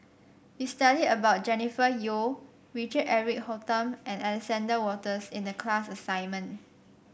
we studied about Jennifer Yeo Richard Eric Holttum and Alexander Wolters in the class assignment